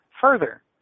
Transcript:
further